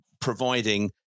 providing